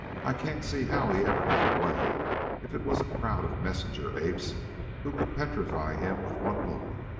i can't see how he ever got away if it was a crowd of messenger-apes who could petrify him with one look.